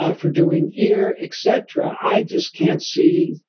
ah for doing ear, et cetera, i just can't see,